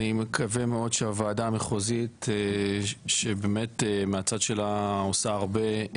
אני מקווה מאוד שהוועדה המחוזית שמהצד שלה באמת עושה הרבה,